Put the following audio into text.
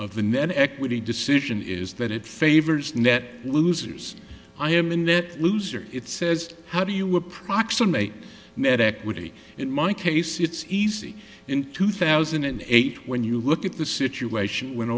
of the net equity decision is that it favors net losers i am in that loser it says how do you approximate medic woody in my case it's easy in two thousand and eight when you look at the situation when